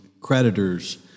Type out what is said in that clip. creditors